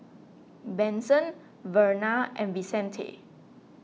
Benson Verna and Vicente